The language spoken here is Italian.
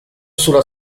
sulla